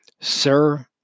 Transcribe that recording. Sir